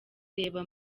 reba